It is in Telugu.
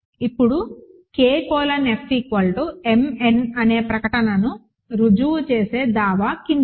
ఇప్పుడు K colon F m n అనే ప్రకటనను రుజువు చేసే దావా కిందిది